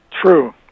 True